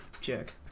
Jerk